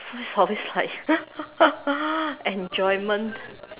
for this like enjoyment